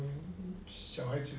小孩子